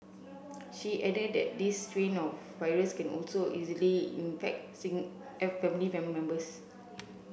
she added that this strain of virus can also easily infect family members